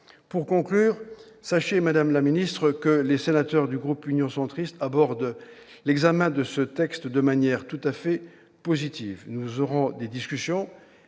Pour conclure, sachez, madame la ministre, que les sénateurs du groupe Union Centriste abordent l'examen de ce texte de manière tout à fait positive. Nous aurons des discussions,